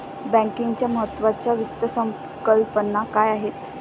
बँकिंगच्या महत्त्वाच्या वित्त संकल्पना काय आहेत?